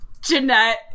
Jeanette